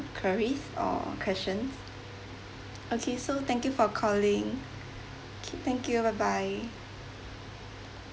queries or question okay so thank you for calling okay thank you bye bye